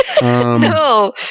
No